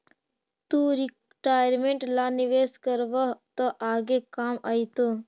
तु रिटायरमेंट ला निवेश करबअ त आगे काम आएतो